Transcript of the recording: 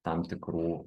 tam tikrų